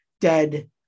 dead